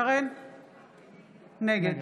נגד